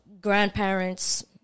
grandparents